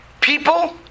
People